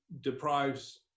deprives